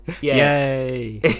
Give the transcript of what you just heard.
Yay